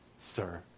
sir